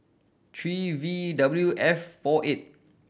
three V W F four eight